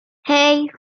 hey